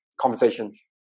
conversations